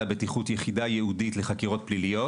הבטיחות יחידה ייעודית לחקירות פליליות,